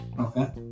Okay